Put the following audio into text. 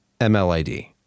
MLID